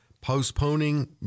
postponing